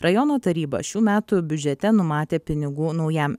rajono taryba šių metų biudžete numatė pinigų naujam